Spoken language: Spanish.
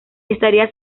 estaría